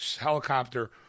helicopter